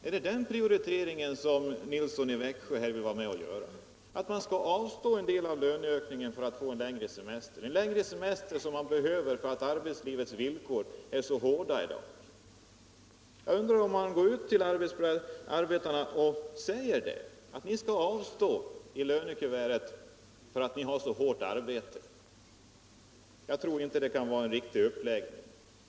Är det den prioriteringen som herr Nilsson i Växjö vill vara med och göra, att man skall avstå en del av löneökningen för att få en längre semester? Det rör sig ju om en längre semester som man behöver för att arbetslivets villkor är så hårda i dag. Jag undrar om man går ut till arbetarna och säger: Ni skall avstå pengar i lönekuvertet därför att ni har så hårt arbete. Jag tror inte det kan vara en riktig uppläggning.